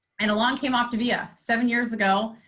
and along came optavia seven years ago.